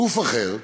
גוף אחר,